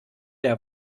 der